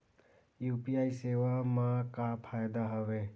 UPI सेवा मा का फ़ायदा हवे?